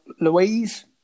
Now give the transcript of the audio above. Louise